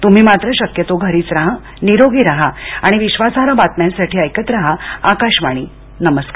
तुम्ही मात्र शक्यतो घरीच राहा निरोगी राहा आणि विश्वासार्ह बातम्यांसाठी ऐकत राहा आकाशवाणी नमस्कार